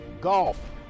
golf